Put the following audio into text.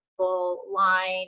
line